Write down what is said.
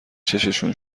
چششون